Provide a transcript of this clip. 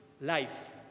life